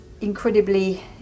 Incredibly